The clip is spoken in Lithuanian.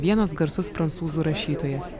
vienas garsus prancūzų rašytojas